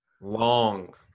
Long